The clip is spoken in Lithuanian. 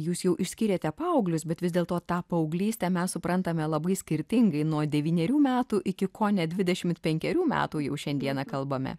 jūs jau išskyrėte paauglius bet vis dėlto tą paauglystę mes suprantame labai skirtingai nuo devynerių metų iki kone dvidešimt penkerių metų jau šiandieną kalbame